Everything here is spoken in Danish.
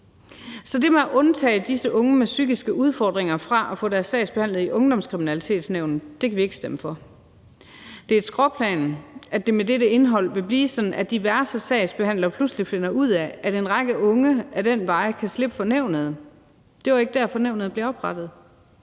Så det med at undtage disse unge med psykiske udfordringer fra at få deres sag behandlet i Ungdomskriminalitetsnævnet kan vi ikke stemme for. Det er et skråplan, at det med dette indhold vil blive sådan, at diverse sagsbehandlere pludselig finder ud af, at en række unge ad den vej kan slippe for nævnet. Det var ikke derfor, nævnet blev oprettet.